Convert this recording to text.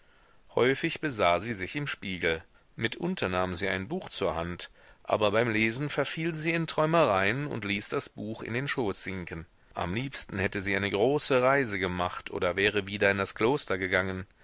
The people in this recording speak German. häufig besah sie sich im spiegel mitunter nahm sie ein buch zur hand aber beim lesen verfiel sie in träumereien und ließ das buch in den schoß sinken am liebsten hätte sie eine große reise gemacht oder wäre wieder in das kloster gegangen